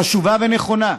חשובה ונכונה.